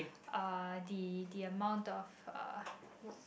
uh the the amount of uh